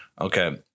Okay